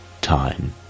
time